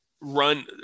run